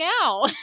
now